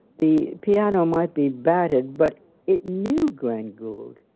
the piano might be battered, but it knew glenn gould.